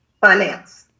finance